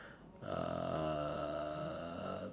uh